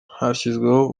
hashyizweho